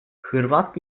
hırvat